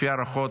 לפי ההערכות,